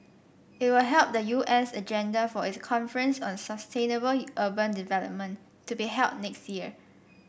it will help the U S agenda for its conference on sustainable urban development to be held next year